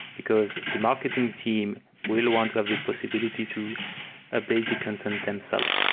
because the marketing team will want to have the possibility to update the content themselves.